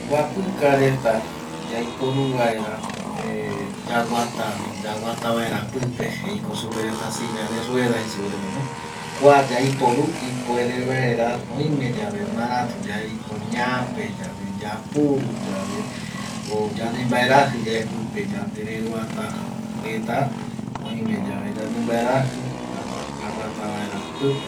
Guapika reta yaiporu vaera eh yaguata vaera pipe jeiko supe reta silla de rueda jei superetano, kua yaiporu ipuere vaera oime yave maratu yaiko ñape yave, yapuru yave o yandembaeraji yave pipe yandere ruata reta oime yave yande mbaeraji jare yaguata vaera pipe